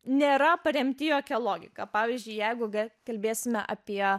nėra paremti jokia logika pavyzdžiui jeigu ga kalbėsime apie